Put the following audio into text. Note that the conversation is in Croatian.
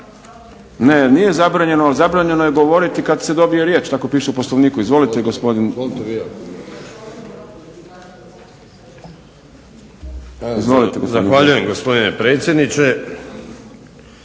Ne, nije zabranjeno, ali zabranjeno je govoriti kad se ne dobije riječ, tako piše u Poslovniku. Izvolite, gospodine. … /Upadica se ne razumije./… Izvolite, gospodine